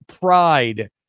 pride